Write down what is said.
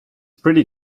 pretty